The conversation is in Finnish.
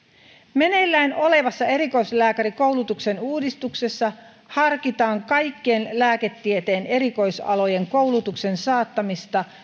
meneillään olevassa erikoislääkärikoulutuksen uudistuksessa harkitaan kaikkien lääketieteen erikoisalojen koulutuksen saattamista